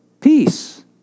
Peace